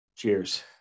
cheers